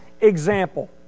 example